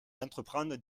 d’entreprendre